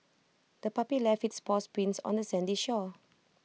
the puppy left its paw prints on the sandy shore